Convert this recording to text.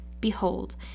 Behold